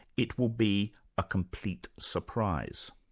it will be a complete surprise.